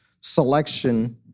selection